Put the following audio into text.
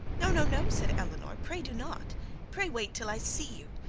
no, no, no said eleanor pray do not pray wait till i see you.